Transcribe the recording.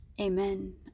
Amen